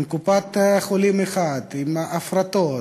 עם קופת-חולים אחת, עם הפרטות,